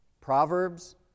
Proverbs